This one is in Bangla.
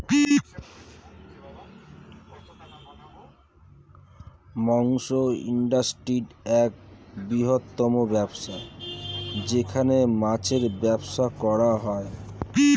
মৎস্য ইন্ডাস্ট্রি একটা বৃহত্তম ব্যবসা যেখানে মাছের ব্যবসা করা হয়